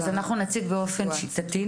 אנחנו נציג באופן שיטתי,